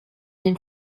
den